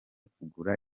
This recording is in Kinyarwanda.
kugura